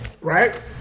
Right